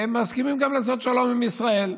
הן מסכימות לעשות שלום עם ישראל.